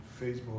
Facebook